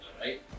right